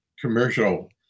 commercial